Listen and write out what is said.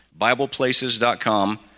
BiblePlaces.com